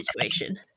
situation